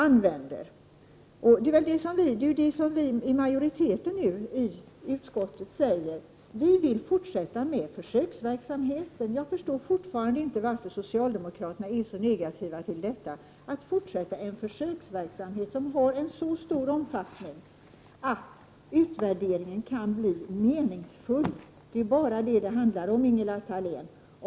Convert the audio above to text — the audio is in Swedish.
Och det är detta som utskottsmajoriteten säger: Vi vill fortsätta med försöksverksamheten. Jag förstår fortfarande inte varför socialdemokraterna är så negativa till en fortsättning av en försöksverksamhet som har så stor omfattning att utvärderingen kan bli meningsfull. Det är ju bara det som det handlar om, Ingela Thalén!